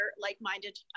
like-minded